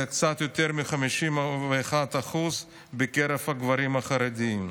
קצת יותר מ-51% בקרב הגברים החרדים.